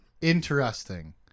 Interesting